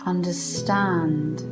understand